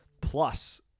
plus